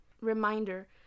Reminder